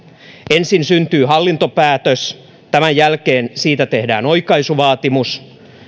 ensin syntyy hallintopäätös tämän jälkeen siitä tehdään oikaisuvaatimus